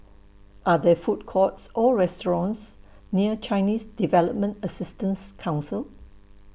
Are There Food Courts Or restaurants near Chinese Development Assistance Council